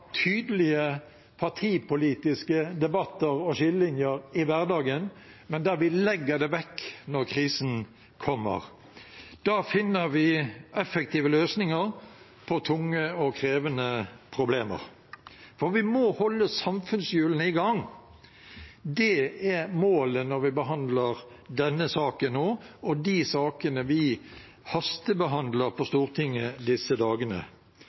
tydelige partipolitiske debatter og skillelinjer i hverdagen, men legger det vekk når krisen kommer. Da finner vi effektive løsninger på tunge og krevende problemer. For vi må holde samfunnshjulene i gang. Det er også målet når vi behandler denne saken og de andre sakene vi hastebehandler på Stortinget disse dagene.